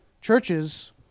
churches